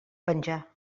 penjar